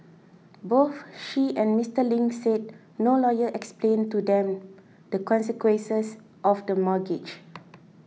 both she and Mister Ling said no lawyer explained to them the consequences of the mortgage